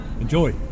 Enjoy